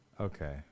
Okay